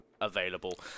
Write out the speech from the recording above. available